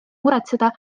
muretseda